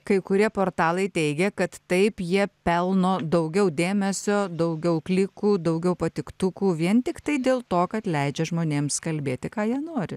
kai kurie portalai teigia kad taip jie pelno daugiau dėmesio daugiau klikų daugiau patiktukų vien tiktai dėl to kad leidžia žmonėms kalbėti ką jie nori